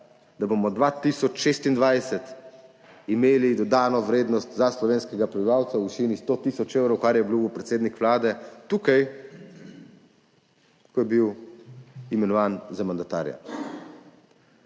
da bomo 2026 imeli dodano vrednost za slovenskega prebivalca v višini 100 tisoč evrov, kar je obljubil predsednik Vlade tukaj, ko je bil imenovan za mandatarja.